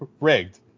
rigged